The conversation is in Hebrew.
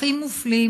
הכי מופלים